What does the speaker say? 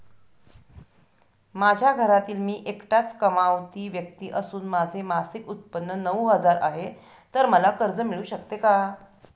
माझ्या घरातील मी एकटाच कमावती व्यक्ती असून माझे मासिक उत्त्पन्न नऊ हजार आहे, तर मला कर्ज मिळू शकते का?